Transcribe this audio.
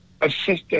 assistance